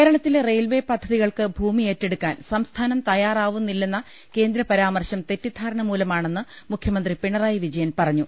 കേരളത്തിലെ റെയിൽവേ പദ്ധതികൾക്ക് ഭൂമി ഏറ്റെടുക്കാൻ സംസ്ഥാനം ത്യ്യാറാവുന്നില്ലെന്ന കേന്ദ്ര പരാമർശം തെറ്റിദ്ധാരണ മൂല മാണെന്ന് മുഖ്യമന്ത്രി പിണറായി വിജയൻ പറഞ്ഞു